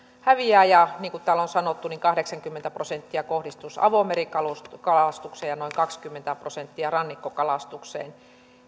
häviää ja niin kuin täällä on sanottu kahdeksankymmentä prosenttia kohdistuisi avomerikalastukseen ja noin kaksikymmentä prosenttia rannikkokalastukseen